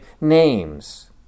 names